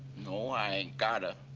no, i ain't got ah